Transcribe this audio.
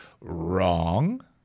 wrong